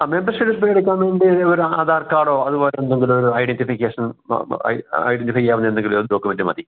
ആ മെമ്പര്ഷിപ്പെടുക്കാന് വേണ്ടി ഒരു ആധാര്കാര്ഡോ അത്പോലെ എന്തെങ്കിലുമൊരു ഐഡെന്റിഫിക്കേഷന് ഐ ഐഡെന്റിഫൈ ചെയ്യാനെന്തെങ്കിലും ഒരു ഡോക്യുമെൻറ്റ് മതി